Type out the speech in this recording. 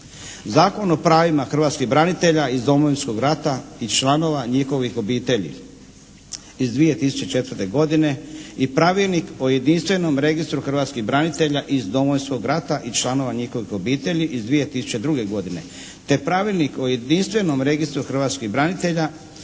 Zakon o pravima hrvatskih branitelja iz Domovinskog rata i članova njihovih obitelji iz 2004. godine i Pravilnik o jedinstvenom registru hrvatskih branitelja iz Domovinskog rata i članova njihovih obitelji iz 2002. godine, te Pravilnik o jedinstvenom registru hrvatskih branitelja